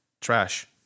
Trash